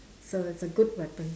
so it's a good weapon